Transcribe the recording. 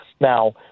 Now